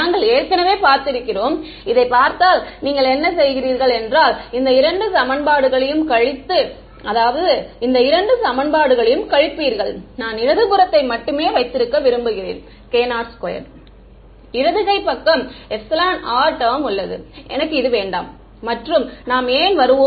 நாங்கள் ஏற்கனவே பார்த்திருக்கிறோம் இதைப் பார்த்தால் நீங்கள் என்ன செய்கிறீர்கள் என்றால் இந்த இரண்டு சமன்பாடுகளையும் கழித்து அதாவது இந்த இரண்டு சமன்பாடுகளையும் கழிப்பீர்கள் நான் இடது புறத்தை மட்டுமே வைத்திருக்க விரும்புகிறேன் k02 இடது கை பக்கம் r டேர்ம் உள்ளது எனக்கு இது வேண்டாம் மற்றும் நாம் ஏன் வருவோம்